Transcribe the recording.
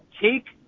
Take